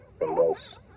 remorse